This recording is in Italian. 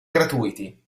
gratuiti